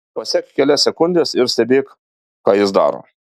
pasek kelias sekundes ir stebėk ką jis daro